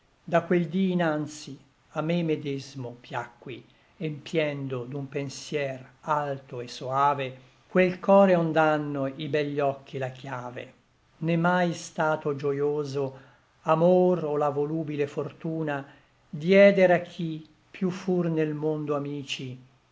da quel dí inanzi a me medesmo piacqui empiendo d'un pensier alto et soave quel core ond'ànno i begli occhi la chiave né mai stato gioioso amor o la volubile fortuna dieder a chi piú fur nel mondo amici